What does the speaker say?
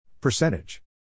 Percentage